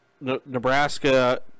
nebraska